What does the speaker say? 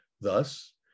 Thus